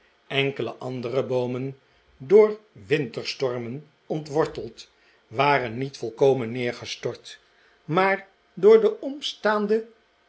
enkele andere boomen door winterstormen ontworteld waren niet volkomen neergestort maar door de omstaande